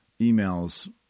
emails